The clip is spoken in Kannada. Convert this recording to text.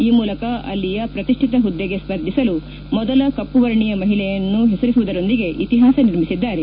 ಈ ಮೂಲಕ ಅಲ್ಲಿಯ ಪ್ರತಿಷ್ಠಿತ ಹುದ್ದೆಗೆ ಸ್ಪರ್ಧಿಸಲು ಮೊದಲ ಕಮ್ನ ವರ್ಣೀಯ ಮಹಿಳೆಯನ್ನು ಪೆಸರಿಸುವುದರೊಂದಿಗೆ ಇತಿಪಾಸ ನಿರ್ಮಿಸಿದ್ದಾರೆ